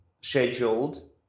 scheduled